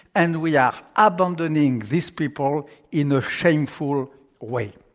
and we are abandoning these people in a shameful way.